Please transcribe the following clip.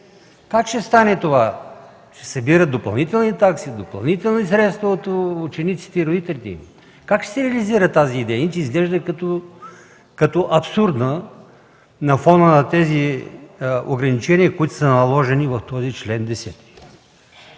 Как ще стане това? Ще се събират допълнителни такси, допълнителни средства от учениците и родителите ли? Как ще се реализира тази идея? Иначе, изглежда като абсурдна на фона на тези ограничения, които са наложени в този чл. 10.